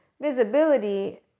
visibility